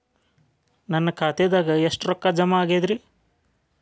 ನನ್ನ ಖಾತೆದಾಗ ಎಷ್ಟ ರೊಕ್ಕಾ ಜಮಾ ಆಗೇದ್ರಿ?